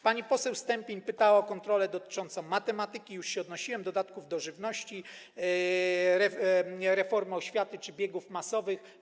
Pani poseł Stępień pytała o kontrolę dotyczącą matematyki, już się do tego odnosiłem, dodatków do żywności, reformy oświaty czy biegów masowych.